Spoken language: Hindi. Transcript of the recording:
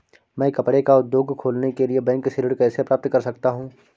मैं कपड़े का उद्योग खोलने के लिए बैंक से ऋण कैसे प्राप्त कर सकता हूँ?